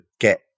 get